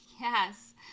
Yes